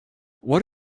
what